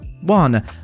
One